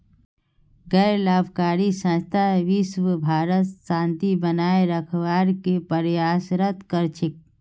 गैर लाभकारी संस्था विशव भरत शांति बनए रखवार के प्रयासरत कर छेक